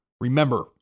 Remember